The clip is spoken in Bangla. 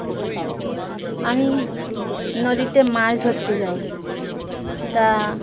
আমি নদীতে মাছ ধরতে যাই তা